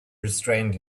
restrained